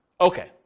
Okay